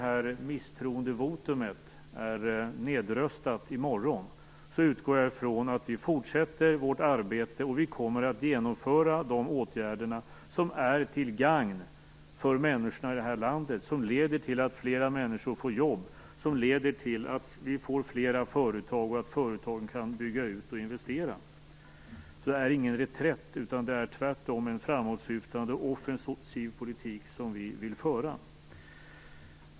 När misstroendeförklaringen är nedröstad i morgon utgår jag ifrån att vi fortsätter vårt arbete, och vi kommer att vidta de åtgärder som är till gagn för människorna i det här landet. Dessa åtgärder leder till att fler människor får jobb, att vi får fler företag och till att företagen kan bygga ut och investera. Så det är inte fråga om någon reträtt. Det är tvärtom en framåtsyftande offensiv politik som vi vill föra.